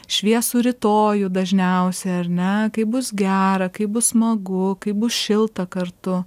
šviesų rytojų dažniausiai ar ne kaip bus gera kaip bus smagu kaip bus šilta kartu